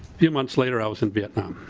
few months later i was in vietnam.